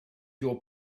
your